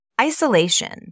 isolation